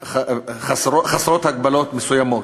חסרות הגבלות מסוימות.